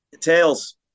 tails